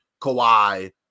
Kawhi